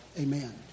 Amen